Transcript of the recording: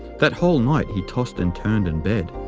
that whole night he tossed and turned in bed,